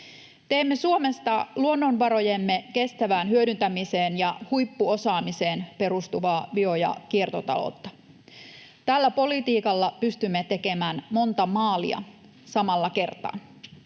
Teemme Suomesta luonnonvarojemme kestävään hyödyntämiseen ja huippuosaamiseen perustuvaa bio- ja kiertotaloutta. Tällä politiikalla pystymme tekemään monta maalia samalla kertaa.